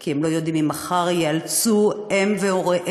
כי הם לא יודעים אם מחר ייאלצו הם והוריהם